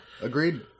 Agreed